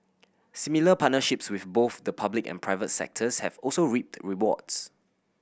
similar partnerships with both the public and private sectors have also reaped rewards